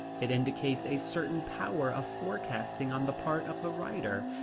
it indicates a certain power of forecasting on the part of the writer.